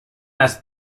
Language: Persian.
است